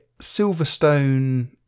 Silverstone